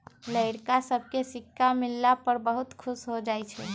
लइरका सभके सिक्का मिलला पर बहुते खुश हो जाइ छइ